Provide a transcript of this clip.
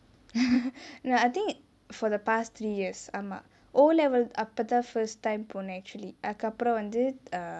nah I think for the past three years ஆமா:aama O level அப்பதா:appathaa first time போனே:ponae actually அதுக்கு அப்ரோமா வந்து:athuku apromaa vanthu err